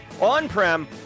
on-prem